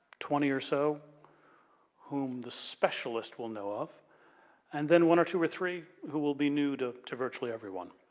twenty or so whom the specialist will know of and then one or two or three who will be new to to virtually everyone.